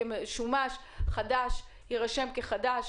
שרכב חדש יירשם כחדש,